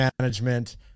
management